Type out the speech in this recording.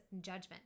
judgment